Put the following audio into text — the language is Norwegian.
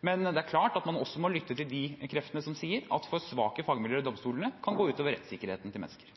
Men det er klart at man også må lytte til de kreftene som sier at for svake fagmiljøer i domstolene kan gå ut over menneskers rettssikkerhet.